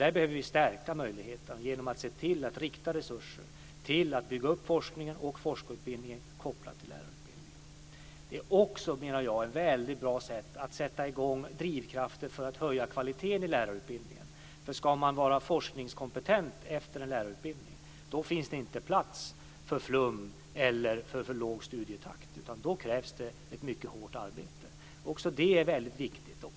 Där behöver vi stärka möjligheterna genom att se till att rikta resurser till att bygga upp forskningen och forskarutbildningen kopplad till lärarutbildningen. Det är ett bra sätt att sätta i gång drivkraften att höja kvaliteten i lärarutbildningen. Ska man vara forskningskompetent efter en lärarutbildning finns det inte plats för flum eller för låg studietakt. Då krävs det hårt arbete. Det är viktigt.